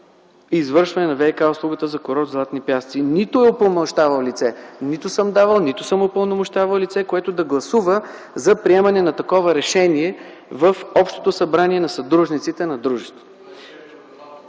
извършване на ВиК-услугата за Курорт „Златни пясъци”, нито е упълномощавал лице. Нито съм давал, нито съм упълномощавал лице, което да гласува за приемане на такова решение в Общото събрание на съдружниците на дружеството.